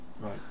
Right